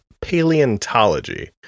paleontology